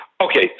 Okay